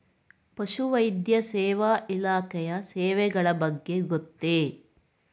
ಪಶುವೈದ್ಯ ಸೇವಾ ಇಲಾಖೆಯ ಸೇವೆಗಳ ಬಗ್ಗೆ ಗೊತ್ತೇ?